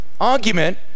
argument